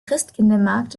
christkindlesmarkt